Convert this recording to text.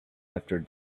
after